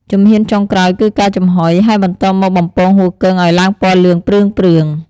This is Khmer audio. ជំហានចុងក្រោយ គឺការចំហុយ ហើយបន្ទាប់មកបំពងហ៊ូគឹងឱ្យឡើងពណ៌លឿងព្រឿងៗ។